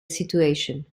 situation